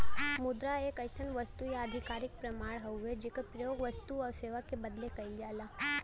मुद्रा एक अइसन वस्तु या आधिकारिक प्रमाण हउवे जेकर प्रयोग वस्तु आउर सेवा क बदले कइल जाला